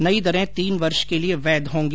नई दरें तीन वर्ष के लिए वैध होंगी